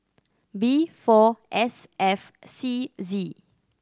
B four S F C Z